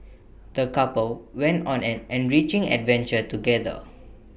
the couple went on an enriching adventure together